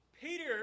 Peter